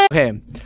Okay